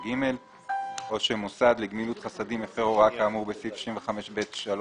(ג) או שמוסד לגמילות חסדים הפר הוראה כאמור בסעיף 65(ב)(13),